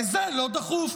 כי זה לא דחוף.